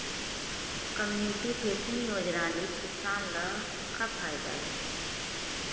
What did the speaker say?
Community facing योजना ले किसान ल का फायदा हे?